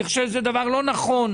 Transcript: אני חושב שזה דבר לא נכון,